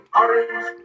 orange